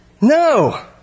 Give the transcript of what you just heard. No